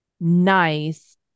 nice